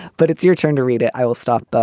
but it's your turn to read it. i will stop but